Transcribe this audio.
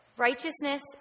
Righteousness